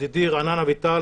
ידידי רענן אביטל,